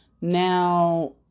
now